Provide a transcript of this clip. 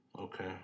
Okay